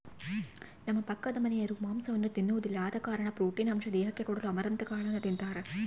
ನಮ್ಮ ಪಕ್ಕದಮನೆರು ಮಾಂಸವನ್ನ ತಿನ್ನೊದಿಲ್ಲ ಆದ ಕಾರಣ ಪ್ರೋಟೀನ್ ಅಂಶ ದೇಹಕ್ಕೆ ಕೊಡಲು ಅಮರಂತ್ ಕಾಳನ್ನು ತಿಂತಾರ